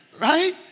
Right